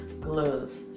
gloves